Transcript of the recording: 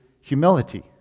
humility